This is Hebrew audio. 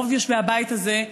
רוב יושבי הבית הזה,